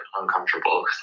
uncomfortable